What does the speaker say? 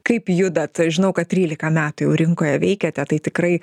kaip judat žinau kad trylika metų jau rinkoje veikiate tai tikrai